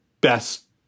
best